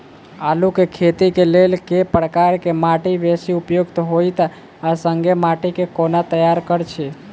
आलु केँ खेती केँ लेल केँ प्रकार केँ माटि बेसी उपयुक्त होइत आ संगे माटि केँ कोना तैयार करऽ छी?